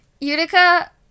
Utica